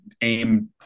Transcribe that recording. AIM